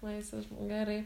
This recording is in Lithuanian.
laisvas žm gerai